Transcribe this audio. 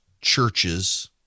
churches